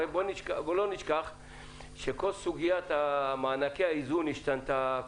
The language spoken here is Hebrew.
הרי בוא לא נשכח שכל סוגיית מענקי האיזון השתנתה,